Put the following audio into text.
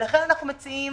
לכן אנו מציעים